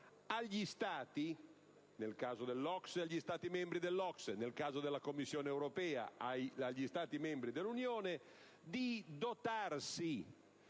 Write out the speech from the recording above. agli Stati (nel caso dell'OCSE agli Stati membri dell'OCSE, nel caso della Commissione europea agli Stati membri dell'Unione) di dotarsi